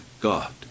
God